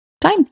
time